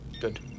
Good